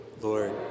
Lord